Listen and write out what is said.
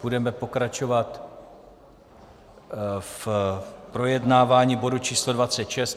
Budeme pokračovat v projednávání bodu číslo 26.